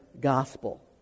gospel